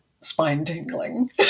spine-tingling